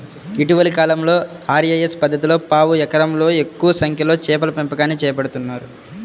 ఇటీవలి కాలంలో ఆర్.ఏ.ఎస్ పద్ధతిలో పావు ఎకరంలోనే ఎక్కువ సంఖ్యలో చేపల పెంపకాన్ని చేపడుతున్నారు